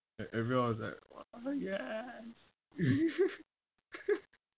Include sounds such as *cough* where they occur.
like everyone was like orh yes *laughs*